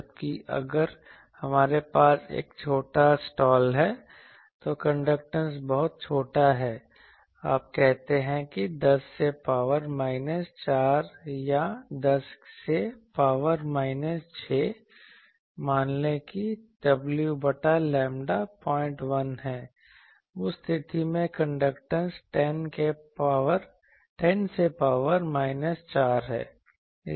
जबकि अगर हमारे पास एक छोटा स्लॉट है तो कंडक्टेंस बहुत छोटा है आप कहते हैं कि 10 से पावर माइनस 4 या 10 से पावर माइनस 6 मान लें कि w बटा लैम्ब्डा 01 है उस स्थिति में कंडक्टेंस 10 से पावर माइनस 4 है